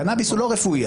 הקנאביס הוא לא רפואי.